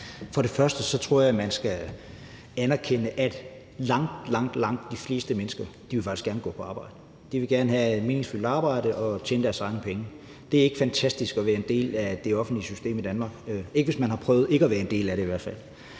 For det første tror jeg, at man skal anerkende, at langt, langt de fleste mennesker faktisk gerne vil gå på arbejde. De vil gerne have et meningsfuldt arbejde og tjene deres egne penge. Det er ikke fantastisk at være en del af det offentlige system i Danmark – i hvert fald ikke, hvis man har prøvet ikke at være en del af det. Så vil